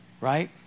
Right